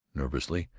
nervously,